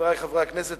חברי חברי הכנסת,